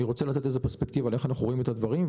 אני רוצה להציג פרספקטיבה על איך אנחנו רואים את הדברים,